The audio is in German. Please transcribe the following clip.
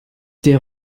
der